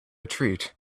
treat